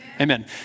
Amen